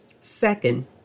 Second